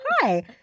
Hi